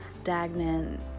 stagnant